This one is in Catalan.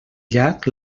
llac